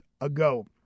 ago